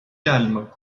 calme